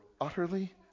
utterly